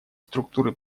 структуры